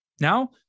Now